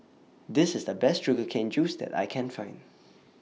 This IS The Best Sugar Cane Juice that I Can Find